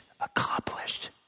accomplished